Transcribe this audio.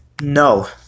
No